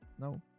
No